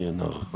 אין לי הערכה.